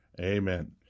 Amen